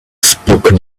spoken